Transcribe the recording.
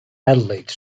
adelaide